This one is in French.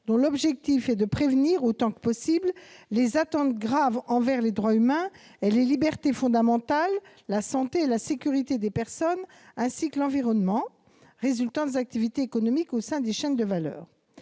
dont l'objet est de prévenir, autant que possible, « les atteintes graves envers les droits humains et les libertés fondamentales, la santé et la sécurité des personnes, ainsi que l'environnement » résultant des activités économiques au sein des chaînes de valeur.